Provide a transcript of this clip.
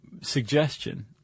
suggestion